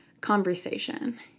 conversation